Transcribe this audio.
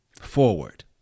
forward